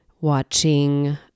watching